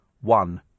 one